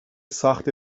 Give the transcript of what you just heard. ساخت